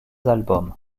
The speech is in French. albums